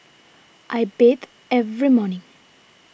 I bathe every morning